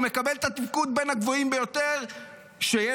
הוא מקבל את התפקוד בין הגבוהים ביותר שיש,